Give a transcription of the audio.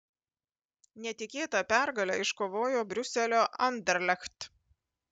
netikėtą pergalę iškovojo briuselio anderlecht